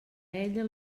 ella